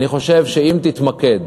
אני חושב שאם תתמקד